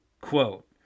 Quote